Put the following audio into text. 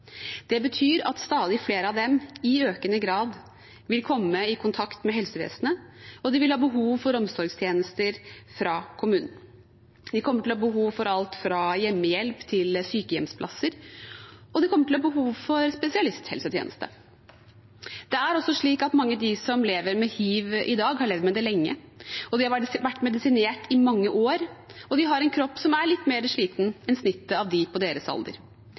Det betyr at stadig flere av dem i økende grad vil komme i kontakt med helsevesenet, og de vil ha behov for omsorgstjenester fra kommunen. De kommer til å ha behov for alt fra hjemmehjelp til sykehjemsplasser, og de kommer til å ha behov for spesialisthelsetjeneste. Det er også slik at mange av dem som lever med hiv i dag, har levd med det lenge, de har vært medisinert i mange år, og de har en kropp som er litt mer sliten enn snittet av dem på deres alder.